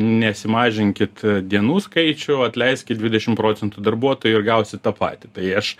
nesimažinkit dienų skaičių atleiskit dvidešim procentų darbuotojų ir gausit tą patį tai aš